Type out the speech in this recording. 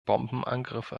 bombenangriffe